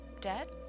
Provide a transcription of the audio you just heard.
dead